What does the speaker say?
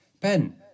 Ben